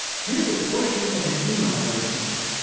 here's a portion of an email i received.